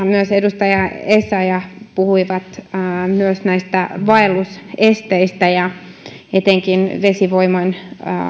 myös edustaja essayah puhuivat myös näistä vaellusesteistä ja etenkin vesivoiman